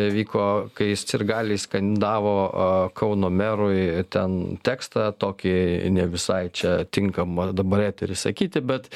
vyko kai sirgaliai skandavo kauno merui ten tekstą tokį ne visai čia tinkamą dabar etery sakyti bet